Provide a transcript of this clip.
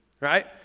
right